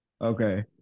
Okay